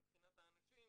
מבחינת האנשים,